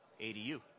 ADU